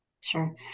sure